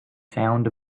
sound